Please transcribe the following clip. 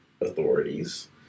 authorities